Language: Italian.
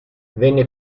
venne